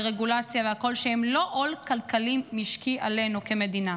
לרגולציה והכול שהם לא עול כלכלי משקי עלינו כמדינה.